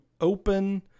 open